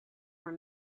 were